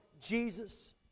Jesus